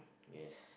yes